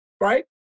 right